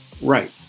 Right